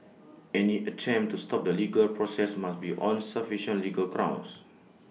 any attempt to stop the legal process must be on sufficient legal grounds